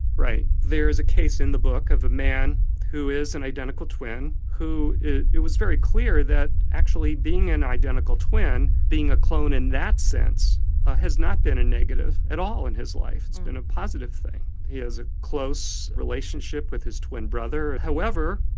right, there is a case in the book of a man who is an identical twin. it it was very clear that actually being an identical twin, being a clone in that sense has not a negative at all in his life. it's been a positive thing. he has a close relationship with his twin brother, however,